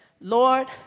lord